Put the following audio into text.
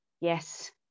Yes